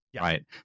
right